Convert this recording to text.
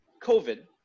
COVID